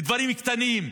לדברים קטנים.